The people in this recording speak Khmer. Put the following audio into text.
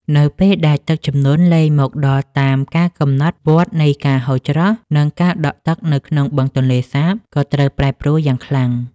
នៅពេលដែលទឹកជំនន់លែងមកដល់តាមការកំណត់ វដ្តនៃការហូរច្រោះ និងការដក់ទឹកនៅក្នុងបឹងទន្លេសាបក៏ត្រូវប្រែប្រួលយ៉ាងខ្លាំង។